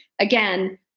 again